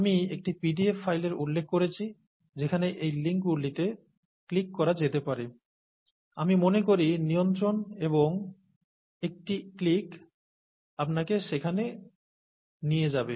আমি একটি পিডিএফ ফাইলের উল্লেখ করেছি যেখানে এই লিঙ্কগুলিতে ক্লিক করা যেতে পারে আমি মনে করি নিয়ন্ত্রণ এবং একটি ক্লিক আপনাকে সেখানে নিয়ে যাবে